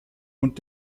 und